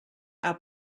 are